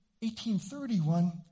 1831